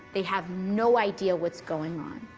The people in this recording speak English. they have no idea what's going on.